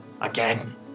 again